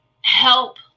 help